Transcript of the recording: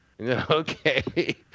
Okay